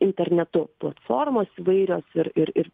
internetu platformos įvairios ir ir ir